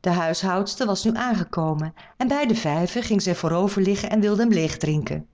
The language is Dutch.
de huishoudster was nu aangekomen en bij den vijver ging zij voorover liggen en wilde hem